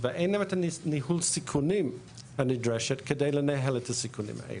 ואין להם את ניהול הסיכונים הנדרשת כדי לנהל את הסיכונים האלה.